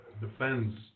defends